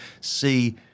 see